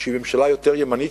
שהיא ממשלה יותר ימנית,